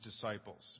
disciples